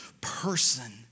person